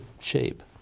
shape